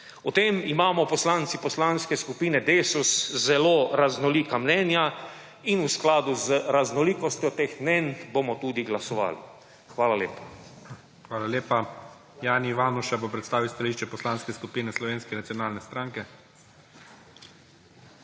O tem imamo poslanci Poslanske skupine Desus zelo raznolika mnenja in v skladu z raznolikostjo teh mnenj bomo tudi glasovali. Hvala lepa. **PREDSEDNIK IGOR ZORČIČ:** Hvala lepa. Jani Ivanuša bo predstavil stališče Poslanske skupine Slovenske nacionalne stranke. **JANI